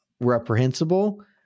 reprehensible